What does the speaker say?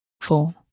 four